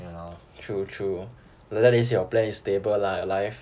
ya lor